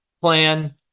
plan